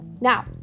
Now